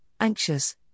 anxious